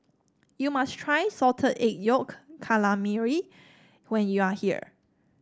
you must try Salted Egg Yolk Calamari when you are here